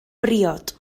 briod